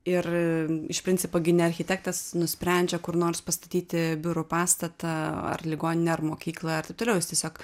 ir iš principo gi ne architektas nusprendžia kur nors pastatyti biurų pastatą ar ligoninę ar mokyklą ar taip toliau jis tiesiog